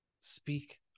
speak